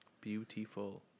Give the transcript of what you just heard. Beautiful